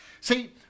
See